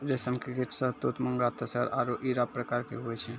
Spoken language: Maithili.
रेशम के कीट शहतूत मूंगा तसर आरु इरा प्रकार के हुवै छै